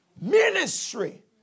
ministry